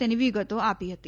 તેની વિગતો આપી હતી